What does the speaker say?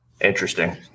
Interesting